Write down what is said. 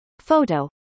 Photo